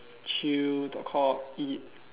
chill talk cock eat